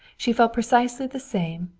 she felt precisely the same,